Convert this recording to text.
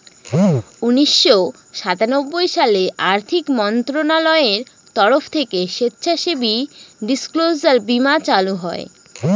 উনিশশো সাতানব্বই সালে আর্থিক মন্ত্রণালয়ের তরফ থেকে স্বেচ্ছাসেবী ডিসক্লোজার বীমা চালু হয়